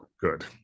Good